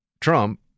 Trump